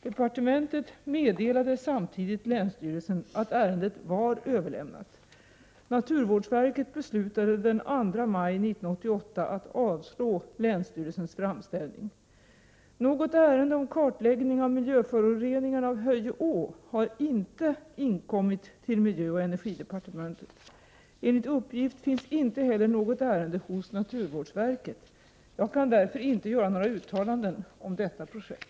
Departementet meddelade samtidigt länsstyrelsen att ärendet var överlämnat. Naturvårdsverket beslutade den 2 maj 1988 att avslå länsstyrelsens framställning. Något ärende om kartläggning av miljöföroreningarna av Höje å har inte inkommit till miljöoch energidepartementet. Enligt uppgift finns inte heller något ärende hos naturvårdsverket. Jag kan därför inte göra några uttalanden om detta projekt.